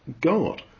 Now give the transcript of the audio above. God